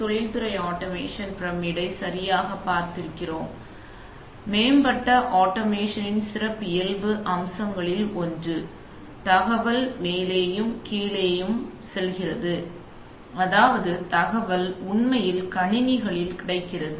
தொழில் துறை ஆட்டோமேஷன் பிரமிட்டை சரியாகப் பார்த்திருக்கிறோம் எனவே மேம்பட்ட ஆட்டோமேஷனின் சிறப்பியல்பு அம்சங்களில் ஒன்று தகவல் மேலேயும் கீழேயும் போகிறது அதாவது தகவல் உண்மையில் கணினிகளில் கிடைக்கிறது